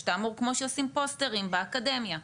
כמו שעושים פוסטרים באקדמיה.